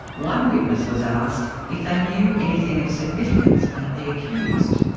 one witness was asked if they knew anything of significance about the accused.